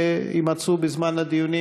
שיימצאו בזמן הדיונים,